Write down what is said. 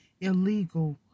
illegal